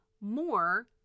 more